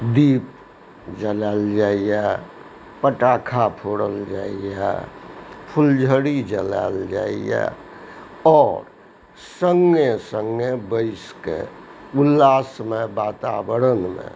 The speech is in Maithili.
दीप जलायल जाइया पटाखा फोड़ल जाइया फुलझड़ी जलायल जाइया आओर सङ्गे सङ्गे बसि कऽ उल्लासमय बाताबरण मे